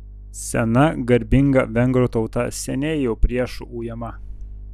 sena garbinga vengrų tauta seniai jau priešų ujama